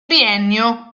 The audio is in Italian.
biennio